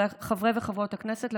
חברי וחברות הכנסת,